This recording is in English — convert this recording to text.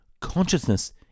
Consciousness